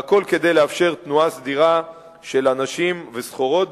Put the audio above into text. והכול כדי לאפשר תנועה סדירה של אנשים וסחורות,